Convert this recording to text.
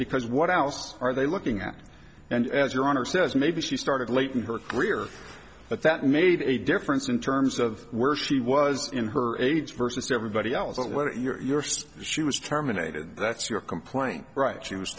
because what else are they looking at and as your honor says maybe she started late in her career but that made a difference in terms of where she was in her age versus everybody else but what you're saying she was terminated that's your complaint right she was